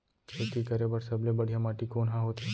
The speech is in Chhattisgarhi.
खेती करे बर सबले बढ़िया माटी कोन हा होथे?